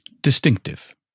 Distinctive